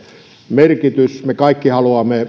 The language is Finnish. merkitys me kaikki haluamme